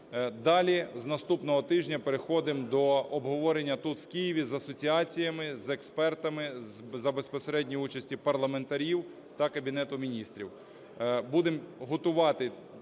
Далі з наступного тижня переходимо до обговорення тут, в Києві, з асоціаціями, з експертами, за безпосередньої участі парламентарів та Кабінету Міністрів.